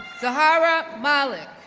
zahra malik,